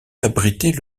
abritait